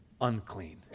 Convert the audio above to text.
unclean